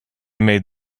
made